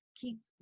keeps